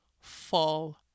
fall